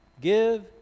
Give